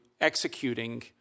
executing